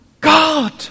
God